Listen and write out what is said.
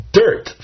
dirt